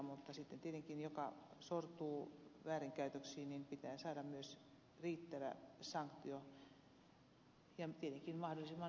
mutta sitten tietenkin sen joka sortuu väärinkäytöksiin pitää saada myös riittävä sanktio ja tietenkin mahdollisimman nopeasti